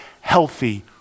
healthy